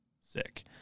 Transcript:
sick